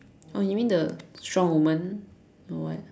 oh you mean the strong woman don't know what